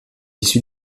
suit